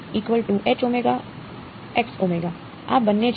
ગુણાકાર ખરું તેથી આ બને છે